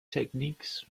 techniques